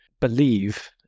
believe